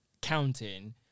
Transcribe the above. counting